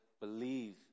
Believe